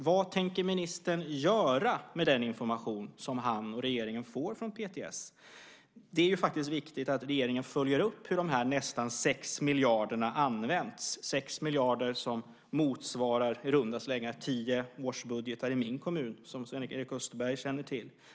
Vad tänker ministern göra med den information som han och regeringen får från PTS? Det är faktiskt viktigt att regeringen följer upp hur de nästan 6 miljarderna används, 6 miljarder som motsvarar i runda slängar tio årsbudgetar i min kommun, som Sven-Erik Österberg känner till.